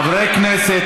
חברי הכנסת.